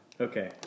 Okay